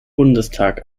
bundestag